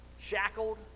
shackled